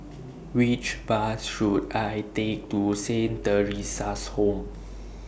Which Bus should I Take to Saint Theresa's Home